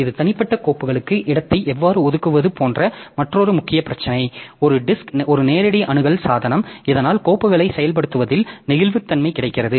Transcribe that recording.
இது தனிப்பட்ட கோப்புகளுக்கு இடத்தை எவ்வாறு ஒதுக்குவது போன்ற மற்றொரு முக்கிய பிரச்சினை ஒரு வட்டு ஒரு நேரடி அணுகல் சாதனம் இதனால் கோப்புகளை செயல்படுத்துவதில் நெகிழ்வுத்தன்மை கிடைக்கிறது